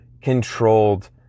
controlled